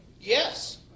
Yes